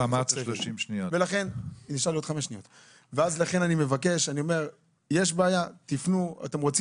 לכן אני אומר שאם יש בעיה תפנו.